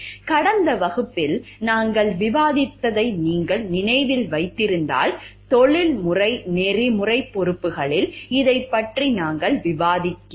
கடந்த வகுப்பில் நாங்கள் விவாதித்ததை நீங்கள் நினைவில் வைத்திருந்தால் தொழில்முறை நெறிமுறை பொறுப்புகளில் இதைப் பற்றி நாங்கள் விவாதிக்கிறோம்